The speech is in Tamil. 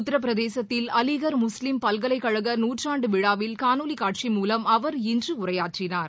உத்தரப் பிரதேசத்தில் அலிகார் முஸ்லீம் பல்கலைக் கழக நூற்றாண்டு விழாவில் காணொலி காட்சி மூலம் அவர் இன்று உரையாற்றினார்